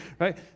Right